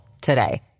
today